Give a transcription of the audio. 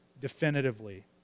definitively